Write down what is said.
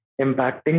impacting